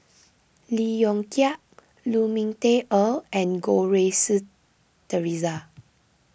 Lee Yong Kiat Lu Ming Teh Earl and Goh Rui Si theresa